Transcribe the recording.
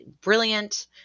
Brilliant